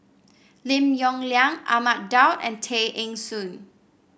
Lim Yong Liang Ahmad Daud and Tay Eng Soon